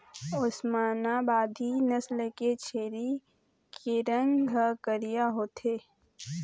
ओस्मानाबादी नसल के छेरी के रंग ह करिया होथे